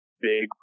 big